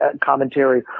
commentary